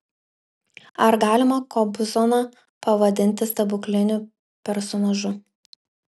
ar galima kobzoną pavadinti stebukliniu personažu